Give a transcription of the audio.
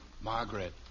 Margaret